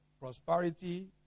Prosperity